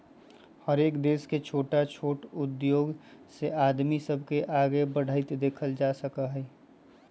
हरएक देश में छोट छोट उद्धोग से आदमी सब के आगे बढ़ईत देखल जा रहल हई